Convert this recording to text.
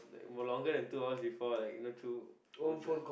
like more longer than two hours before like in the two phones leh